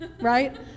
right